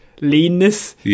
leanness